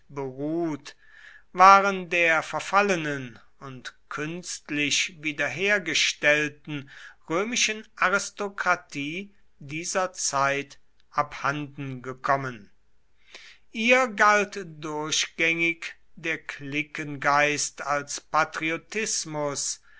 beruht waren der verfallenen und künstlich wiederhergestellten römischen aristokratie dieser zeit abhanden gekommen ihr galt durchgängig der cliquengeist als patriotismus